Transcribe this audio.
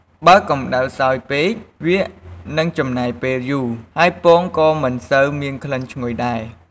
បើកម្តៅខ្សោយពេក វានឹងចំណាយពេលយូរ ហើយពងក៏មិនសូវមានក្លិនឈ្ងុយដែរ។